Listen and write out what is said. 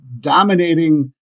dominating